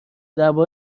ضربه